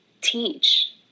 teach